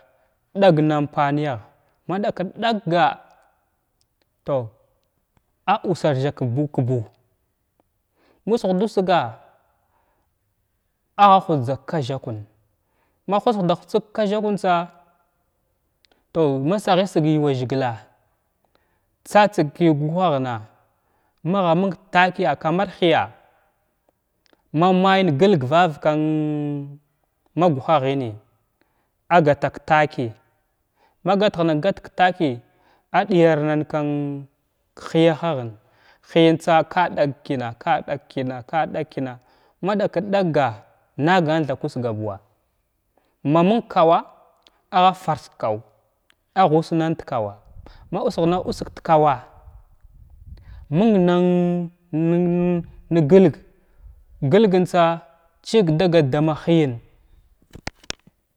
Ɗakgn na ufaniyagha ma ɗakit ɗakga tow agha uszarza ka buu ka buu ma wugharza wusg agha hutsda ka kwa zakwən hutsda hutsg ka knzakuta tow ma sahisig yuva zagla tsatsag magha məng da takiya kamar hiya ma may gəlg vavakan aguhahən nəy agata ka takiya ma gatghana gatg ka takiya a ɗiyar nan kən hiyn gha ghən həyantsa ka ɗakg kina ka ɗakg kina ka ɗakg kina ma ɗikit ɗakga nagan tha kusuga ma ɗakit ɗakga nagan tha kusuga buuwa ma məng kowa agha fars kowa agha wusnan da kowa magha usghəna usg da kowa məng nan nən gəlg gəlgəntsa chigagat ama hiyən.